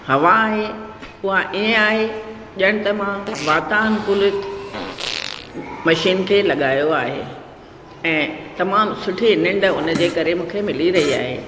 हवा आहे उहा ईअं आहे ॼणु त मां वातानुकूलित मशीन खे लॻायो आहे ऐं तमामु सुठी निंड उनजे करे मूंखे मिली रही आहे